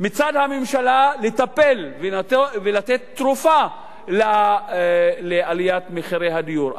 מצד הממשלה, לטפל ולתת תרופה לעליית מחירי הדיור.